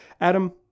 Adam